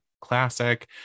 classic